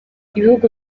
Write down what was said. ibihugu